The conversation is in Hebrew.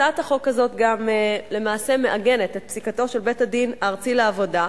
הצעת החוק הזאת למעשה מעגנת את פסיקתו של בית-הדין הארצי לעבודה,